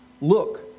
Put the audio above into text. Look